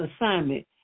assignment